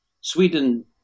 Sweden